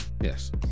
Yes